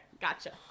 gotcha